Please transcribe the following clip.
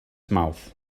mouth